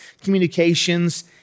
communications